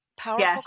powerful